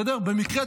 במקרה,